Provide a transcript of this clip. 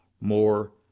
more